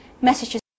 Messages